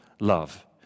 love